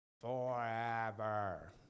forever